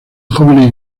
jóvenes